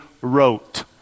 wrote